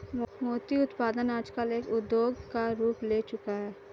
मोती उत्पादन आजकल एक उद्योग का रूप ले चूका है